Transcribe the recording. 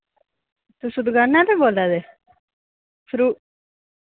तुस दुकाना दा बोल्ला दे